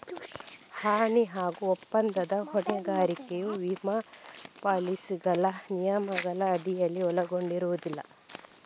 ಹಾನಿ ಹಾಗೂ ಒಪ್ಪಂದದ ಹೊಣೆಗಾರಿಕೆಯು ವಿಮಾ ಪಾಲಿಸಿಗಳ ನಿಯಮಗಳ ಅಡಿಯಲ್ಲಿ ಒಳಗೊಂಡಿರುವುದಿಲ್ಲ